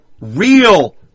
real